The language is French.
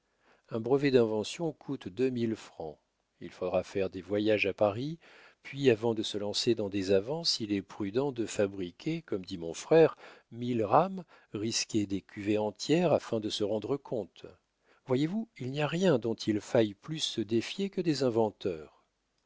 un brevet d'invention coûte deux mille francs il faudra faire des voyages à paris puis avant de se lancer dans des avances il est prudent de fabriquer comme dit mon frère mille rames risquer des cuvées entières afin de se rendre compte voyez-vous il n'y a rien dont il faille plus se défier que des inventeurs